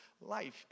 life